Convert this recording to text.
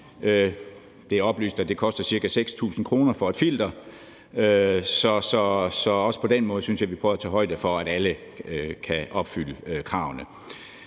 Det er oplyst, at det koster ca. 6.000 kr. for et filter, så også på den måde synes jeg at vi prøver at tage højde for, at alle kan opfylde kravene.